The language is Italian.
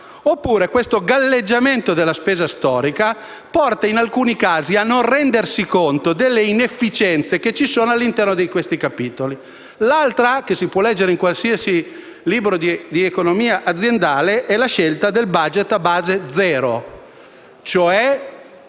oppure questo galleggiamento della spesa storica porta in alcuni casi a non rendersi conto delle inefficienze che ci sono all'interno di questi capitoli. L'altra scelta, che si può leggere in qualsiasi libro di economia aziendale, è quella del *budget* a base zero, cioè